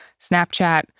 Snapchat